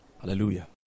Hallelujah